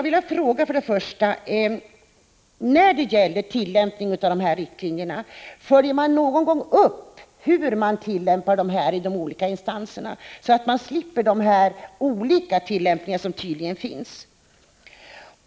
När det gäller tillämpningen av riktlinjerna vill jag fråga om regeringen någon gång följer upp hur tillämpningen sker i de olika instanserna så att man undviker att det blir olikheter, vilket tydligen sker.